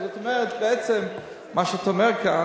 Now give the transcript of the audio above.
כן,